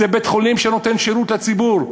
זה בית-חולים שנותן שירות לציבור.